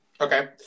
Okay